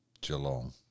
Geelong